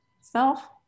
self